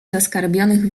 zaskarbionych